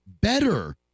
better